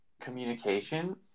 communication